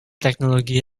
technology